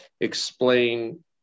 explain